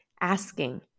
asking